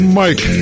mike